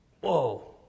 whoa